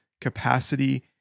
capacity